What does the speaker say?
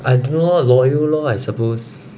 I don't know lor the regular lor I suppose